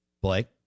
Blake